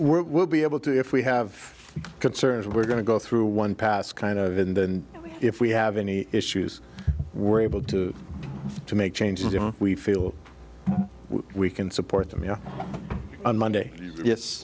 where we'll be able to if we have concerns we're going to go through one pass kind of and then if we have any issues we're able to to make changes we feel we can support them you know on monday yes